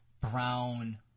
brown